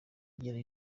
agira